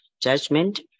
judgment